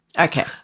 Okay